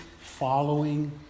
following